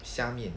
虾面